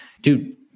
dude